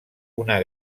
una